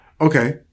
Okay